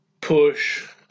push